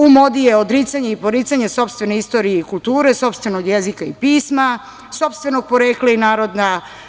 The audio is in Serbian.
U modi je odricanje i poricanje sopstvene istorije i kulture, sopstvenog jezika i pisma, sopstvenog porekla naroda.